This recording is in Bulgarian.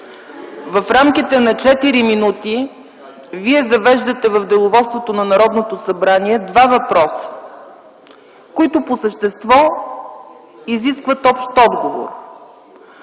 в рамките на четири минути Вие завеждате в Деловодството на Народното събрание два въпроса, които по същество изискват общ отговор.